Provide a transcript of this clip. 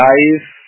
Life